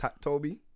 Toby